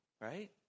right